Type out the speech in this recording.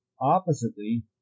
Oppositely